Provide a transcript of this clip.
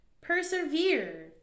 persevere